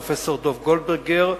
פרופסור דב גולדברגר,